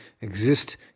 exist